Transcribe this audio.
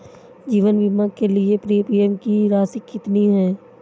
जीवन बीमा के लिए प्रीमियम की राशि कितनी है?